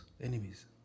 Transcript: enemies